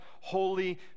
holy